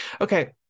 Okay